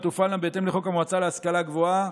תופעלנה בהתאם לחוק המועצה להשכלה גבוהה,